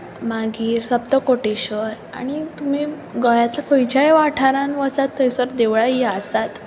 मागीर सप्तकोठेश्वर आनी तुमी गोंयांतल्या खंयच्याय वाठारांत वचात थंयसर देवळां हीं आसात